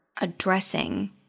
addressing